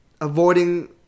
Avoiding